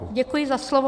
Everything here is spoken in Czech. Děkuji za slovo.